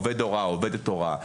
עובד הוראה או עובדת הוראה,